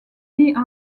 nids